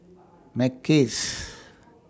Mackays